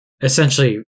essentially